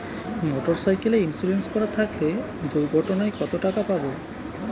Motorcycle insurance করা থাকলে দুঃঘটনায় কতটাকা পাব?